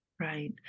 Right